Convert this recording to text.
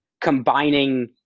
combining